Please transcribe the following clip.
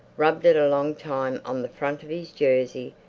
rubbed it a long time on the front of his jersey,